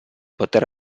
poter